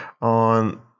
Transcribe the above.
on